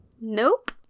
Nope